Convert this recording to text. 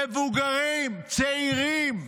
מבוגרים, צעירים,